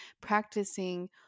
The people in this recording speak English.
practicing